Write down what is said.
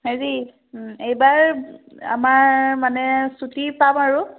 হেৰি এইবাৰ আমাৰ মানে ছুটী পাম আৰু